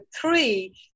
three